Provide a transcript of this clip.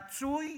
רצוי